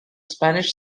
spanish